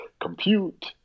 compute